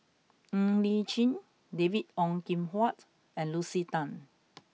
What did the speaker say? Ng Li Chin David Ong Kim Huat and Lucy Tan